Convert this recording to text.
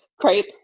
crepe